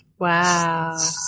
Wow